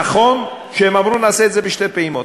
נכון שהם אמרו: נעשה את זה בשתי פעימות.